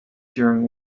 during